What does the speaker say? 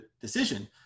decision